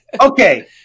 Okay